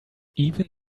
even